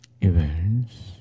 events